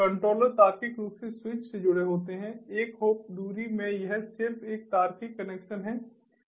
controller तार्किक रूप से स्विच से जुड़े होते हैं एक होप दूरी में यह सिर्फ एक तार्किक कनेक्शन है